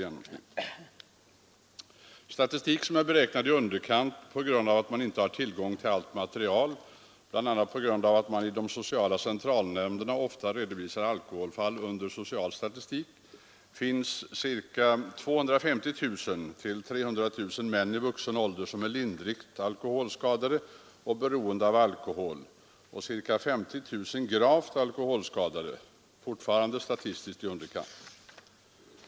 Enligt statistik som är beräknad i underkant på grund av att man inte har tillgång till allt material — bl.a. redovisar de sociala nämnderna ofta alkoholfall under social statistik — är 250 000—300 000 män i vuxen ålder lindrigt alkoholskadade och beroende av alkohol och ca 50 000 gravt alkoholskadade, fortfarande statistiskt i underkant.